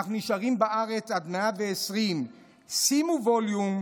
/ אנחנו נשארים בארץ / עד 120". שימו ווליום,